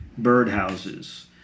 birdhouses